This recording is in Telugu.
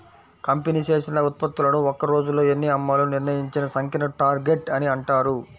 కంపెనీ చేసిన ఉత్పత్తులను ఒక్క రోజులో ఎన్ని అమ్మాలో నిర్ణయించిన సంఖ్యను టార్గెట్ అని అంటారు